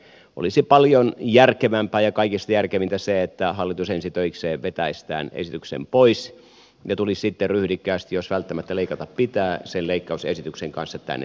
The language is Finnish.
olisi paljon järkevämpää jakaa jos järkevintä se että hallitus ensi töikseen vetäisi tämän esityksen pois ja tulisi sitten ryhdikkäästi jos välttämättä leikata pitää sen leikkausesityksen kanssa tänne olisi kaikista järkevintä